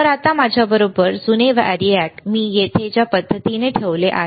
तर आता माझ्याबरोबर जुने वैरिएक मी येथे ज्या पद्धतीने ठेवले आहे